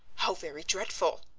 how very dreadful!